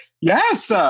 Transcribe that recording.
yes